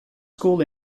school